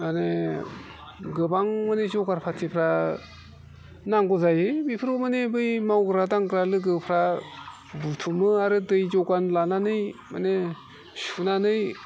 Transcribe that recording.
माने गोबां माने जगार फाथिफ्रा नांगौ जायो बेफोराव माने बै मावग्रा दांग्रा लोगोफ्रा बुथुमो आरो दै जगान लानानै माने सुनानै